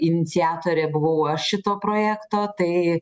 iniciatorė buvau aš šito projekto tai